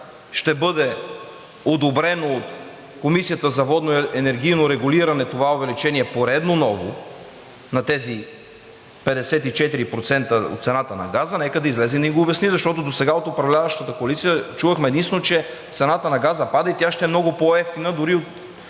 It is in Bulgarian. ще бъде одобрено от Комисията за енергийно и водно регулиране това увеличение, поредно, ново, на тези 54% от цената на газа, нека да излезе и да ни го обясни, защото досега от управляващата коалиция чувахме единствено, че цената на газа пада и ще е много по-евтина дори от